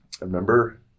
remember